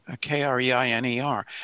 K-R-E-I-N-E-R